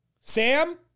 Sam